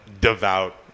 devout